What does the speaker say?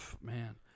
man